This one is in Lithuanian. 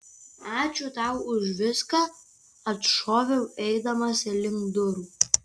ačiū tau už viską atšoviau eidamas link durų